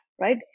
right